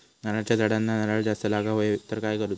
नारळाच्या झाडांना नारळ जास्त लागा व्हाये तर काय करूचा?